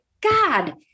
God